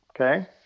Okay